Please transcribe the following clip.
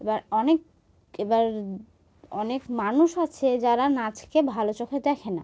এবার অনেক এবার অনেক মানুষ আছে যারা নাচকে ভালো চোখে দেখে না